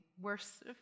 worse